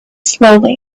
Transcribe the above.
slowly